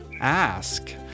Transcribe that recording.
Ask